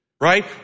Right